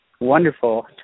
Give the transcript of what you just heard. Wonderful